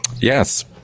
Yes